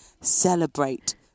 celebrate